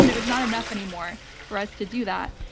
you know it's not enough anymore for us to do that.